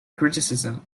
criticism